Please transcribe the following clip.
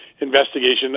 investigation